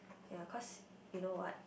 ya cause you know what